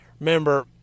remember